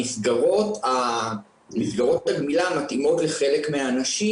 מסגרות הגמילה מתאימות חלק מהאנשים,